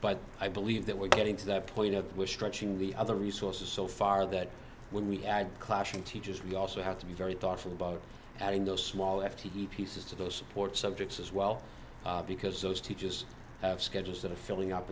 but i believe that we're getting to the point at which stretching the other resources so far that when we add clashing teachers we also have to be very thoughtful about adding those small f t e pieces to those support subjects as well because those teachers have schedules that are filling up